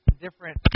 different